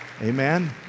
amen